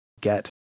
get